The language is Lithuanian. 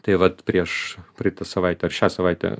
tai vat prieš praeitą savaitę ar šią savaitę